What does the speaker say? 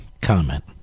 comment